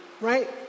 right